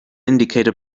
indicator